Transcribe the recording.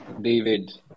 David